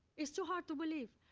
it's too hard to believe.